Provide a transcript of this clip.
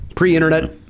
pre-internet